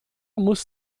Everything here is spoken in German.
muss